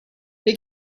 they